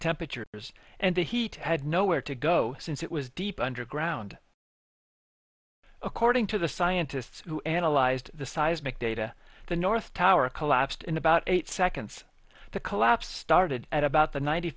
temperatures and the heat had nowhere to go since it was deep underground according to the scientists who analyzed the seismic data the north tower collapsed in about eight seconds the collapse started at about the